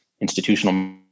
institutional